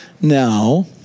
Now